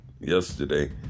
yesterday